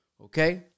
Okay